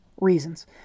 reasons